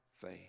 faith